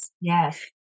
Yes